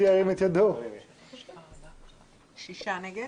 הצבעה בעד, 1 נגד,